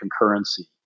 concurrency